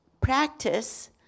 practice